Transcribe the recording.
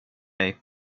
dig